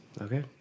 Okay